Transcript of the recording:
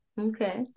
Okay